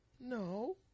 No